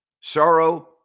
sorrow